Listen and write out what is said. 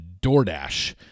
DoorDash